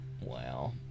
Wow